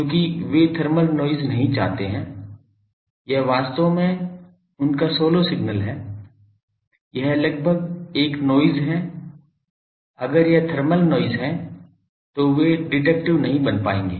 क्योंकि वे thermal noise नहीं चाहते है यह वास्तव में उनका सोलो सिग्नल है यह लगभग एक नॉइज़ है अगर यह थर्मल नॉइज़ है तो वे डिटेक्टिव नहीं बन पाएंगे